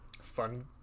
fun